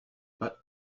but